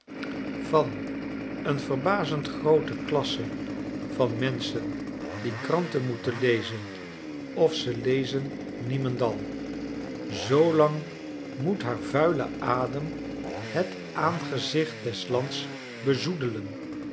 van een verbazend groote klasse van menschen die kranten moeten lezen of ze lezen niemendal zoolang moet haar vuile adem het aangezicht des lands bezoedelen